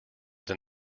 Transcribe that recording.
than